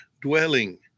dwelling